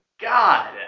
God